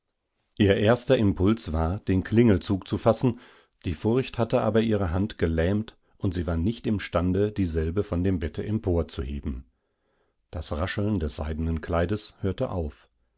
ihr erster impuls war den klingelzug zu fassen die furcht hatte aber ihre hand gelähmtundsiewarnichtimstande dieselbevondembetteemporzuheben das rascheln des seidenen kleides hörte auf